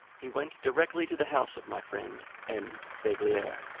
he went directly to the house of my friend, m. beglier,